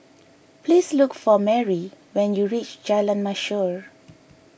please look for Marie when you reach Jalan Mashhor